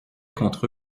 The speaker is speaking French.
contre